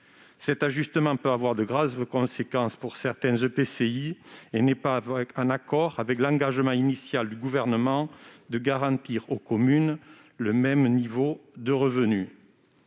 tel ajustement peut avoir de graves conséquences pour certains EPCI et n'est pas conforme à l'engagement initial du Gouvernement de garantir aux communes le même niveau de revenus